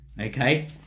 Okay